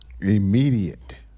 Immediate